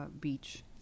beach